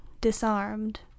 Disarmed